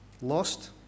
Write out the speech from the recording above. Lost